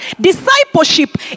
Discipleship